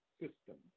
system